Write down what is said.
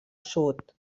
sud